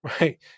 right